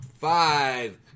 Five